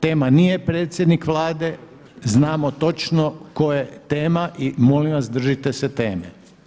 Tema nije predsjednik Vlade, znamo točno tko je tema i molim vas držite se teme.